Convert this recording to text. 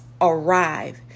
arrive